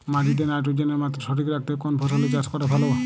মাটিতে নাইট্রোজেনের মাত্রা সঠিক রাখতে কোন ফসলের চাষ করা ভালো?